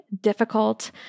difficult